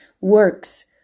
works